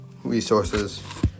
resources